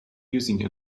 using